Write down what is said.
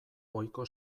ohiko